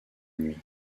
nuit